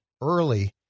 early